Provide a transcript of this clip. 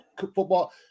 football